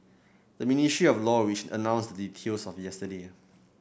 the Ministry of Law which announced the details yesterday